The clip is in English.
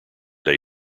day